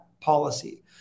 policy